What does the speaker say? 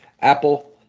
Apple